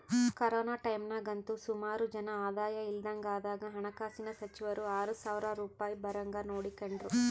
corona ಟೈಮ್ನಾಗಂತೂ ಸುಮಾರು ಜನ ಆದಾಯ ಇಲ್ದಂಗಾದಾಗ ಹಣಕಾಸಿನ ಸಚಿವರು ಆರು ಸಾವ್ರ ರೂಪಾಯ್ ಬರಂಗ್ ನೋಡಿಕೆಂಡ್ರು